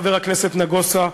חבר הכנסת נגוסה,